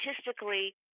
statistically